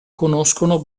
conoscono